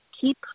keep